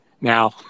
Now